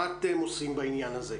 מה אתם עושים בעניין הזה?